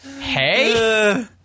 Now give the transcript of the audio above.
hey